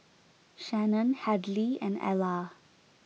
Shannon Hadley and Ella